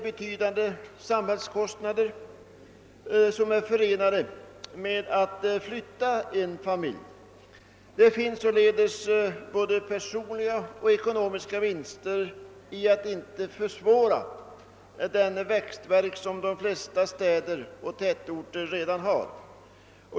Betydande samhällskostnader är förenade med att flytta en familj, och det kan således göras både personliga och ekonomiska vinster, om man inte försvårar den växtvärk som de flesta städer och tätorter redan har.